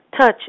Touch